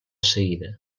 seguida